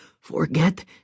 Forget